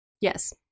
yes